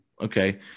Okay